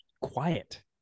quiet